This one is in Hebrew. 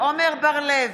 עמר בר לב,